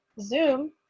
zoom